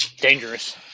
dangerous